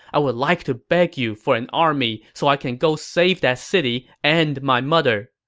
i would like to beg you for an army so i can go save that city and my mother.